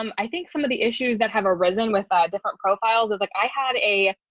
um i think some of the issues that have arisen with different profiles is like i had a,